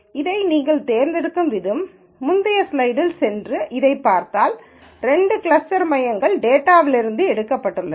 இதை நாங்கள் தேர்ந்தெடுத்த விதம் முந்தைய ஸ்லைடிற்குச் சென்று இதைப் பார்த்தால் இரண்டு கிளஸ்டர் மையங்களும் டேட்டாகளிலிருந்தே எடுக்கப்பட்டுள்ளன